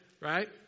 Right